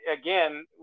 again